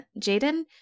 Jaden